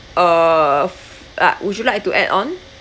uh f~ uh would you like to add on